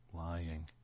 lying